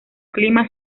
clima